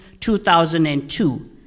2002